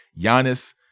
Giannis